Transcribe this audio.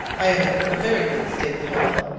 i am in a very good state of health,